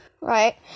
right